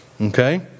Okay